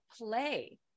play